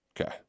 Okay